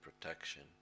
protection